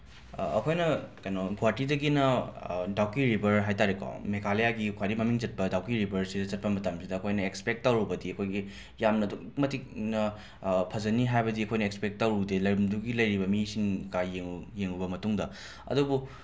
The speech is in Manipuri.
ꯑꯩꯈꯣꯏꯅ ꯀꯩꯅꯣ ꯒꯨꯍꯥꯇꯤꯗꯒꯤꯅ ꯗꯥꯎꯀꯤ ꯔꯤꯚꯔ ꯍꯥꯏ ꯇꯥꯔꯦꯀꯣ ꯃꯦꯒꯥꯃꯂꯌꯥꯒꯤ ꯈ꯭ꯋꯥꯏꯗꯒꯤ ꯃꯃꯤꯡ ꯆꯠꯄ ꯗꯥꯎꯀꯤ ꯔꯤꯚꯔꯁꯤꯗ ꯆꯠꯄ ꯃꯇꯝꯁꯤꯗ ꯑꯩꯈꯣꯏꯅ ꯑꯦꯛꯁꯄꯦꯛ ꯇꯧꯔꯨꯕꯗꯤ ꯑꯩꯈꯣꯏꯒꯤ ꯌꯥꯝꯅ ꯑꯗꯨꯛꯀꯤ ꯃꯇꯤꯛ ꯏꯪꯅ ꯐꯖꯅꯤ ꯍꯥꯏꯕꯗꯤ ꯑꯩꯈꯣꯏꯅ ꯑꯦꯛꯁꯄꯦꯛ ꯇꯧꯔꯨꯗꯦ ꯂꯩꯔꯝꯗꯨꯒꯤ ꯂꯩꯔꯤꯕ ꯃꯤꯁꯤꯡꯀ ꯌꯦꯡꯉꯨꯕ ꯃꯇꯨꯡꯗ ꯑꯗꯨꯕꯨ